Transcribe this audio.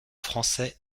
français